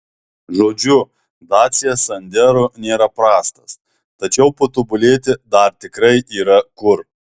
žodžiu dacia sandero nėra prastas tačiau patobulėti dar tikrai yra kur